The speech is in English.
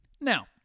Now